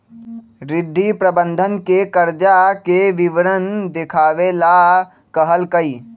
रिद्धि प्रबंधक के कर्जा के विवरण देखावे ला कहलकई